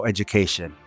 Education